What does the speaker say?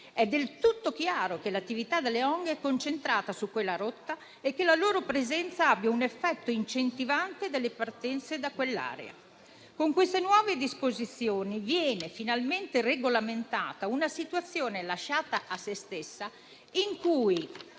È del tutto chiaro che l'attività delle ONG è concentrata su quella rotta e che la loro presenza abbia un effetto incentivante sulle partenze da quell'area. Con queste nuove disposizioni viene finalmente regolamentata una situazione lasciata a sé stessa, in cui